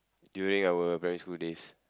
during our primary school days